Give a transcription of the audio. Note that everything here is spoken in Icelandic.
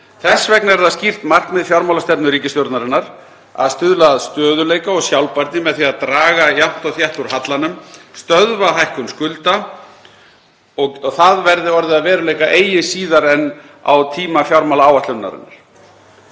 Þess vegna er það skýrt markmið fjármálastefnu ríkisstjórnarinnar að stuðla að stöðugleika og sjálfbærni með því að draga jafnt og þétt úr hallanum, stöðva hækkun skulda og það verði orðið að veruleika eigi síðar en á tíma fjármálaáætlunarinnar.